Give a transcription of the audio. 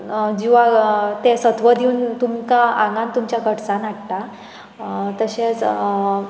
जिवा तें सत्व दिवन तुमकां आंगान तुमच्या घटसाण हाडटा तशेंच